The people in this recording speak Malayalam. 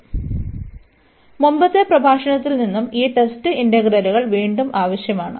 അതിനാൽ മുമ്പത്തെ പ്രഭാഷണത്തിൽ നിന്ന് ഈ ടെസ്റ്റ് ഇന്റഗ്രലുകൾ വീണ്ടും ആവശ്യമാണ്